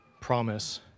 promise